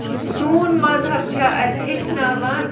سون مَذہَب چھُ اَسہِ ہیٚچھناوان